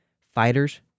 fighters